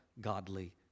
godly